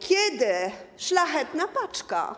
Kiedy... Szlachetna Paczka.